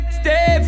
stay